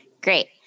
Great